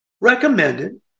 recommended